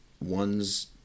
one's